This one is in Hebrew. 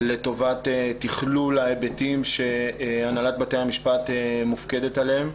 לטובת תכלול ההיבטים שהנהלת בתי המשפט מופקדת עליהם.